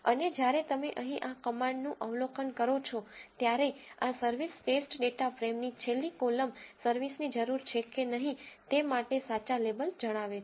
અને જ્યારે તમે અહીં આ કમાન્ડનું અવલોકન કરો છો ત્યારે આ સર્વિસ ટેસ્ટ ડેટા ફ્રેમની છેલ્લી કોલમ સર્વિસની જરૂર છે કે નહીં તે માટે સાચા લેબલ જણાવે છે